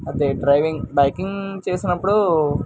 అదే driving biking చేసినప్పుడు